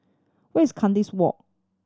where is Kandis Walk